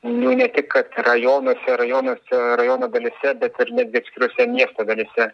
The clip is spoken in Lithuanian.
nu ne tik kad rajonuose rajonuose rajono dalyse bet ir netgi atskirose dalyse